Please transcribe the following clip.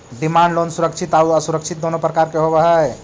demand loan सुरक्षित आउ असुरक्षित दुनों प्रकार के होवऽ हइ